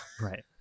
Right